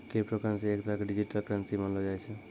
crypto currency एक तरह के डिजिटल करन्सी मानलो जाय छै